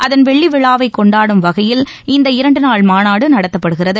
அதன் வெள்ளிவிழாவை கொண்டாடும் வகையில் இந்த இரண்டுநாள் மாநாடு நடத்தப்படுகிறது